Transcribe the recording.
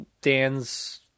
dan's